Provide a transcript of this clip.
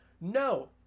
No